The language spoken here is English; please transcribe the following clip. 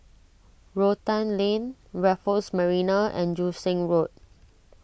Rotan Lane Raffles Marina and Joo Seng Road